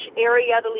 area